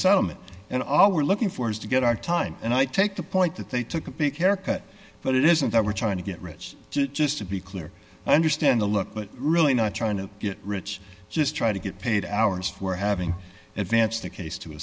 settlement and all we're looking for is to get our time and i take the point that they took a big haircut but it isn't that we're trying to get rich just to be clear i understand the look but really not trying to get rich just try to get paid hours for having advance the case to